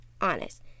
honest